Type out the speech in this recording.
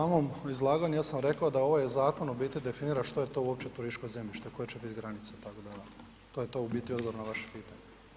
Na samom izlaganju ja sam rekao da ovaj zakon u biti definira što je to uopće turističko zemljište, koje će biti granice, tako da je to u biti odgovor na vaše pitanje.